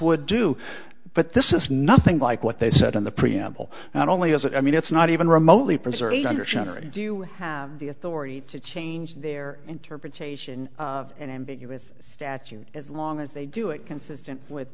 would do but this is nothing like what they said in the preamble not only is it i mean it's not even remotely preserved under center do you have the authority to change their interpretation of an ambiguous statute as long as they do it consistent with